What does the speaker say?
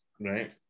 right